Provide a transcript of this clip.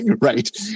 Right